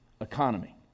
economy